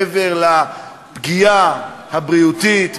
מעבר לפגיעה הבריאותית,